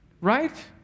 Right